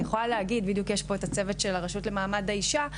יש פה את הצוות מהרשות לקידום מעמד האישה,